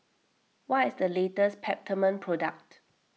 what is the latest Peptamen product